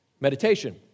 Meditation